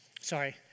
sorry